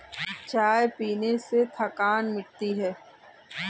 चाय पीने से थकान मिटती है